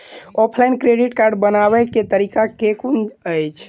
Offline credit card बनाबै केँ तरीका केँ कुन अछि?